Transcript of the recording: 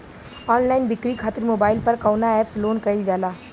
Online बिक्री खातिर mobile पर कवना एप्स लोन कईल जाला?